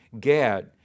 Gad